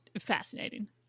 fascinating